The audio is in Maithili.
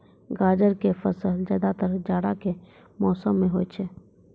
गाजर के फसल ज्यादातर जाड़ा के मौसम मॅ होय छै